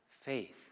faith